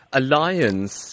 alliance